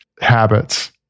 habits